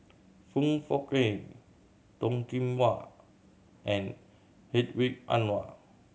Foong Fook Kay Toh Kim Hwa and Hedwig Anuar